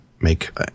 make